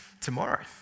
tomorrow